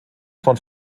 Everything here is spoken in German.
von